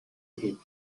him